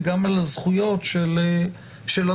וגם על הזכויות של הנושים,